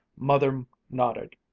mother nodded,